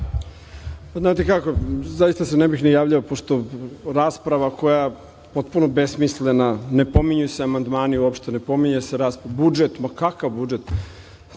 Znate kako, zaista se ne bih ni javljao pošto je rasprava koja je potpuno besmislena, ne pominju se amandmani uopšte, ne pominje se rast, budžet, ma kakav budžet. Znate,